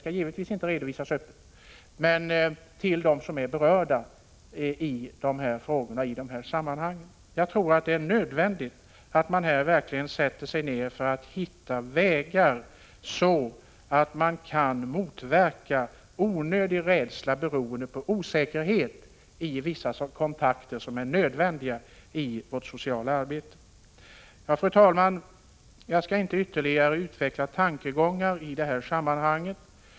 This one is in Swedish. Sådan information skall dock givetvis inte redovisas öppet, utan bara ges till dem som är berörda i dessa sammanhang. Jag tror att det är nödvändigt att man verkligen sätter sig ned för att hitta vägar så att man kan motverka onödig rädsla som beror på osäkerhet i vissa kontakter som är nödvändiga i vårt sociala arbete. Fru talman! Jag skall inte ytterligare utveckla tankegångar i detta sammanhang.